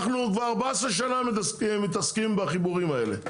אנחנו כבר 14 שנה מתעסקים בחיבורים האלה.